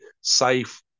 safe